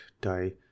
die